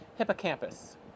Hippocampus